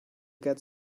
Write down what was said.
get